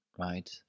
right